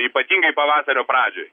ypatingai pavasario pradžioj